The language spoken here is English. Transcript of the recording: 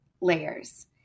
layers